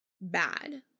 bad